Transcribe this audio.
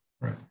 right